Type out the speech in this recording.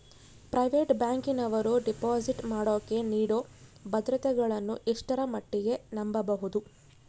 Private ಬ್ಯಾಂಕಿನವರು deposit ಮಾಡೋಕೆ ನೇಡೋ ಭದ್ರತೆಗಳನ್ನು ಎಷ್ಟರ ಮಟ್ಟಿಗೆ ನಂಬಬಹುದು?